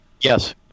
Yes